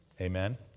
amen